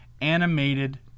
animated